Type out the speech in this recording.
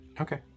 Okay